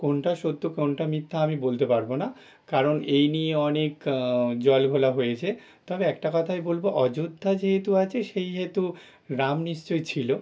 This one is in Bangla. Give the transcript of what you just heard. কোনটা সত্য কোনটা মিথ্যা আমি বলতে পারবো না কারণ এই নিয়ে অনেক জল ঘোলা হয়েছে তবে একটা কথাই বলবো অযোধ্যা যেহেতু আছে সেই হেতু রাম নিশ্চই ছিলো